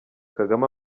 kagame